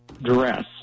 dress